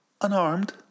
unarmed